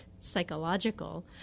psychological